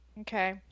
Okay